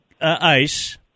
ice